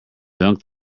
dunk